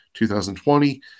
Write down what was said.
2020